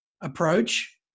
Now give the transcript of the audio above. approach